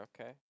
Okay